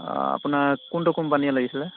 আপোনাৰ কোনটো কোম্পানীৰ লাগিছিলে